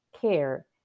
care